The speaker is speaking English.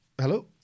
hello